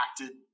acted